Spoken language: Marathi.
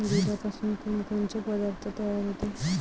दुधापासून कोनकोनचे पदार्थ तयार होते?